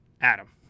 Adam